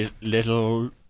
little